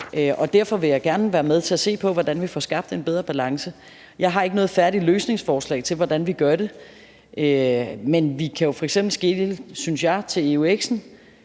og derfor vil jeg gerne være med til at se på, hvordan vi får skabt en bedre balance. Jeg har ikke noget færdigt løsningsforslag til, hvordan vi gør det. Men jeg synes, at vi jo f.eks.